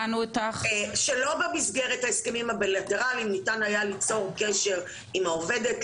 שלא במסגרת ההסכמים הבילטרליים ניתן היה ליצור קשר עם העובדת,